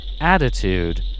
attitude